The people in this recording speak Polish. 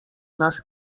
nasz